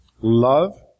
Love